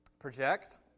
Project